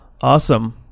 Awesome